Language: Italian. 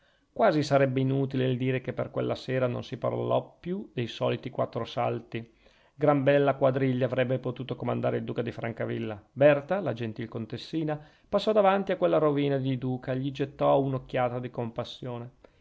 quasi sarebbe inutile il dire che per quella sera non si parlò più dei soliti quattro salti gran bella quadriglia avrebbe potuto comandare il duca di francavilla berta la gentil contessina passò davanti a quella rovina di duca e gli gettò un'occhiata di compassione